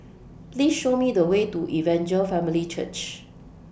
Please Show Me The Way to Evangel Family Church